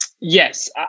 Yes